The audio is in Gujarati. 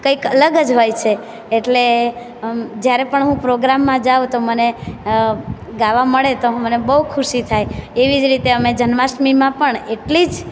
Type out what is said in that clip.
કંઈક અલગ જ હોય છે એટલે જ્યારે પણ હું પ્રોગ્રામમાં જાઉં તો મને ગાવા મળે તો મને બહુ ખુશી થાય એવી જ રીતે અમે જન્માષ્ટમીમાં પણ એટલી જ